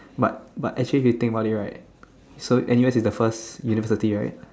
but but actually if you think about it right so N_U_S is the first university right